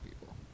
people